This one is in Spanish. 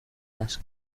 las